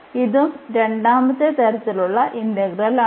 അതിനാൽ ഇതും രണ്ടാമത്തെ തരത്തിലുള്ള ഇന്റഗ്രലാണ്